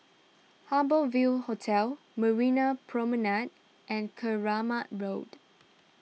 Harbour Ville Hotel Marina Promenade and Keramat Road